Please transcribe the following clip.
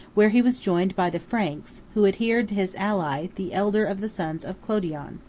where he was joined by the franks, who adhered to his ally, the elder of the sons of clodion.